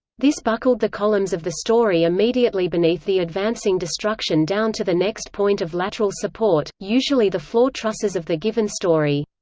this buckled the columns of the story immediately beneath the advancing destruction down to the next point of lateral support, usually the floor trusses of the given story.